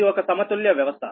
అది ఒక సమతుల్య వ్యవస్థ